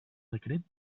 decret